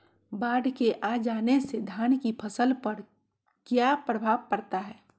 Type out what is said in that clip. बाढ़ के आ जाने से धान की फसल पर किया प्रभाव पड़ता है?